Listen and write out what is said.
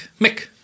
Mick